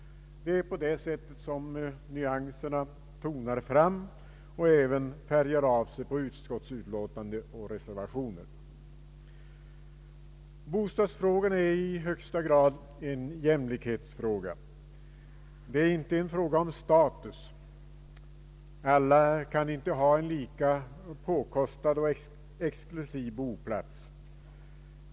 Det är på det sättet nyanserna tonar fram och även färgar av sig på utskottsutlåtande och reservationer. Bostadsfrågan är i högsta grad en jämlikhetsfråga. Det är inte en fråga om status. Alla kan inte ha en lika påkostad och exklusiv boplats.